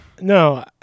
No